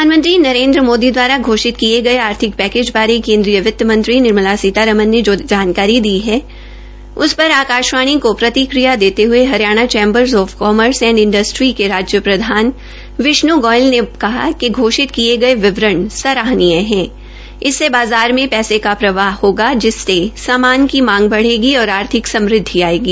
प्रधानमंत्री नरेन्द्र मोदी दवारा घोषित किये गये आर्थिक पैकेज बारे केन्द्रीय वितमंत्री निर्मला सीतारमन ने जो जानकारी दी है उस पर आकाशवाणी को प्रतिक्रिया देते हये Haryana chamber of commerce and industry के राजय प्रधान विष्णु गोयल ने कहा कि घोषित किये गये विवरण सराहनीय है इससे बाज़ार में पैसे का प्रवाह होगा जिससे सामान की मांग बढ़ेगी और आर्थिक समृद्वि आयेगी